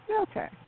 Okay